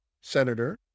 senator